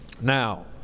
Now